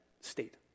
state